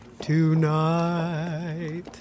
tonight